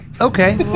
Okay